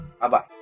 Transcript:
Bye-bye